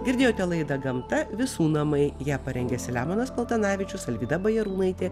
girdėjote laidą gamta visų namai ją parengė selemonas paltanavičius alvyda bajarūnaitė